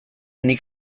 nik